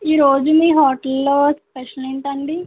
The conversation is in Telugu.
ఈరోజు మీ హోటల్లో స్పెషల్ ఏంటండి